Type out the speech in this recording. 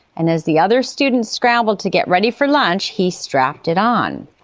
and as the other students scrambled to get ready for lunch, he strapped it on.